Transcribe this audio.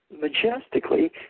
majestically